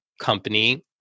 company